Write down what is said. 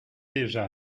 déjà